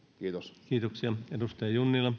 kiitos